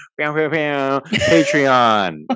Patreon